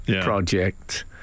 project